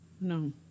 No